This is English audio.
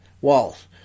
walls